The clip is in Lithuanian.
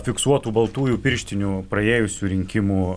fiksuotų baltųjų pirštinių praėjusių rinkimų